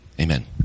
amen